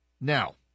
now